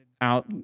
out